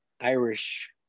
Irish